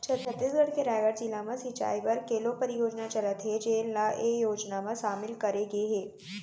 छत्तीसगढ़ के रायगढ़ जिला म सिंचई बर केलो परियोजना चलत हे जेन ल ए योजना म सामिल करे गे हे